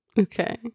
Okay